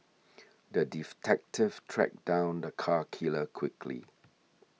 the tracked down the cat killer quickly